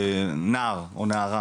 נער או נערה,